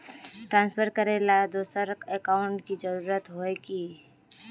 Transfer करेला दोसर account की जरुरत होय है की?